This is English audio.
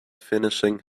finishing